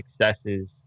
successes